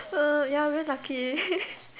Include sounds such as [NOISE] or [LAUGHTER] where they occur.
uh ya very lucky [LAUGHS]